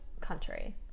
country